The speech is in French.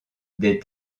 des